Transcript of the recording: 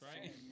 right